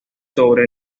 sobre